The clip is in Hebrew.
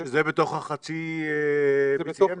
שזה בתוך חצי BCM?